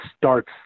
starts